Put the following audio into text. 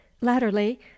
Latterly